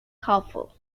hopeful